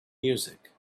music